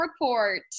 Report